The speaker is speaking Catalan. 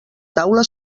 taula